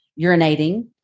urinating